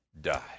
die